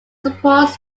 supports